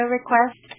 request